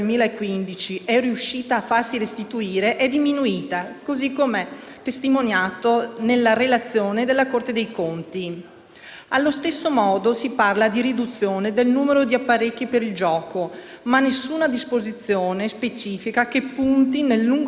Allo stesso modo si parla di riduzione del numero di apparecchi per il gioco, ma non c'è nessuna disposizione specifica che punti, nel lungo periodo, a destabilizzare la *lobby* dell'azzardo e a prevenire a monte il gravissimo problema sociale della ludopatia,